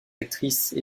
actrices